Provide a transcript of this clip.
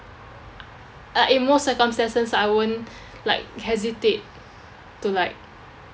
uh in most circumstances I won't like hesitate to like